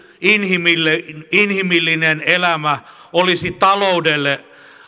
inhimillinen inhimillinen elämä olisi taloudelle